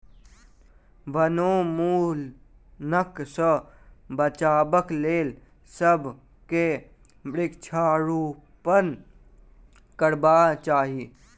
वनोन्मूलनक सॅ बचाबक लेल सभ के वृक्षारोपण करबाक चाही